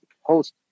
host